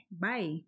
Bye